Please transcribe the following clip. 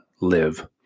live